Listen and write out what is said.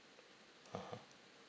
(uh huh)